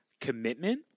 commitment